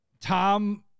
Tom